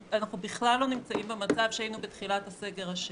בכלל במצב שהיינו בתחילת הסגר השני.